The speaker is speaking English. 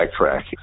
backtrack